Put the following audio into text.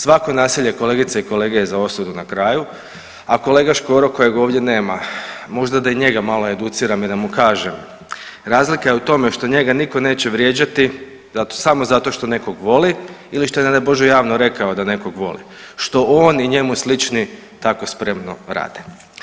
Svako nasilje kolegice i kolege je za osudu na kraju, a kolega Škoro kojeg ovdje nema, možda da i njega malo educiram i da mu kažem, razlika je u tome što njega niko neće vrijeđati samo zato što nekog voli ili što je ne daj Bože javno rekao da nekog voli, što on i njemu slični tako spremno rade.